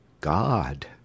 God